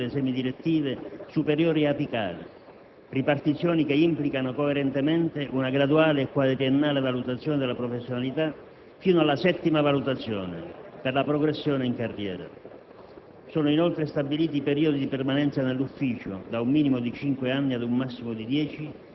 Le funzioni sono analiticamente ripartite in primo grado, secondo grado, direttive, semidirettive, superiori e apicali, ripartizioni che implicano coerentemente una graduale e quadriennale valutazione della professionalità, fino alla settima valutazione, per la progressione in carriera.